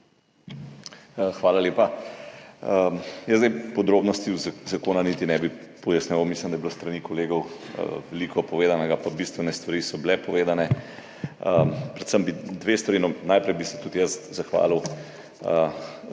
Hvala lepa. Jaz zdaj podrobnosti zakona niti ne bi pojasnjeval, mislim, da je bilo s strani kolegov veliko povedanega pa bistvene stvari so bile povedane. Predvsem bi dve stvari. Najprej bi se tudi jaz zahvalil